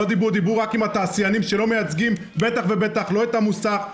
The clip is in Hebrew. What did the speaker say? דיברו רק עם התעשיינים שלא מייצגים בטח ובטח לא את המוסך,